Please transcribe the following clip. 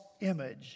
image